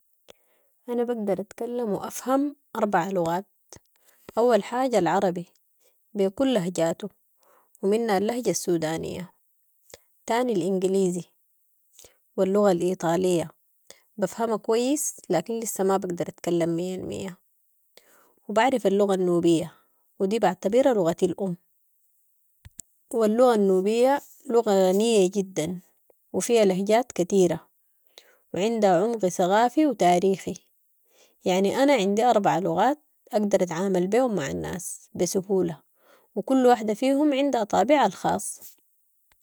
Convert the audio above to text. انا بقدر اتكلم و افهم اربعة لغات، اول حاجة العربي، بي كل لهجاتو ومنها اللهجة السودانية وتاني الانقليزي و اللغة الإيطالية بفهما كويس لكن لسة ما بقدر اتكلم مية المية و بعرف اللغة النوبية و دي بعتبرها لغتي الام و اللغة النوبية لغة غنية جدا و فيها لهجات كتيرة و عندها عمق ثقافي و تاريخي، يعني انا عندي اربعة لغات اقدر اتعامل بيهم مع الناس بسهولة و كل واحدة فيهم عندها طابعها الخاص.